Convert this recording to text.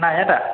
नाया दा